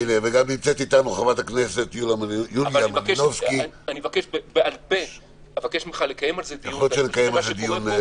אני מבקש ממך בעל פה לקיים על זה דיון ועל כל מה שקורה פה.